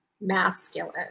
Masculine